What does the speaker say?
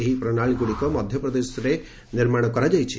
ଏହି ପ୍ରଣାଳୀଗୁଡ଼ିକ ମଧ୍ୟପ୍ରଦେଶରେ ନିର୍ମାଣ କରାଯାଇଛି